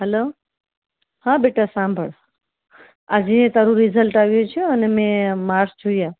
hello હ બેટા સાંભળ આજે તારું રિઝલ્ટ આવ્યું છે અને મેં માર્કસ જોયા